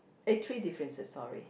eh three differences sorry